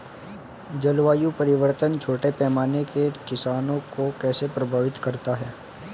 जलवायु परिवर्तन छोटे पैमाने के किसानों को कैसे प्रभावित करता है?